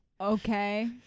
Okay